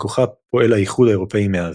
מכוחה פועל האיחוד האירופי מאז.